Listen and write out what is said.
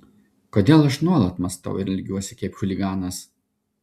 kodėl aš nuolat mąstau ir elgiuosi kaip chuliganas